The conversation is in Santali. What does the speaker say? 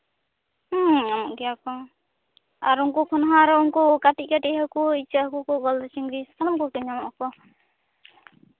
ᱦᱮᱸ ᱧᱟᱢᱚᱜ ᱜᱮᱭᱟ ᱠᱚ ᱩᱱᱠᱩ ᱠᱷᱚᱱ ᱦᱚᱸ ᱟᱨᱚ ᱩᱱᱠᱩ ᱠᱟᱹᱴᱤᱡ ᱠᱟᱹᱴᱤᱡ ᱦᱟᱹᱠᱩ ᱤᱪᱟᱹᱜ ᱦᱟᱹᱠᱩ ᱠᱚ ᱜᱚᱞᱫᱟ ᱪᱤᱝᱲᱤ ᱥᱟᱱᱟᱢ ᱠᱚᱜᱮ ᱠᱚ ᱧᱟᱢᱚᱜ ᱟᱠᱚ